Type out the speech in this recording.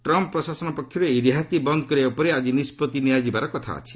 Trump ପ୍ରଶାସନ ପକ୍ଷରୁ ଏହି ରିହାତି ବନ୍ଦ୍ କରିବା ଉପରେ ଆଜି ନିଷ୍କଭି ନିଆଯିବାର କଥା ଅଛି